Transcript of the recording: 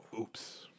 Oops